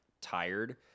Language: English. tired